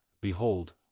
behold